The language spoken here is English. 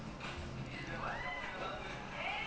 orh then gorajka can do more different thing lah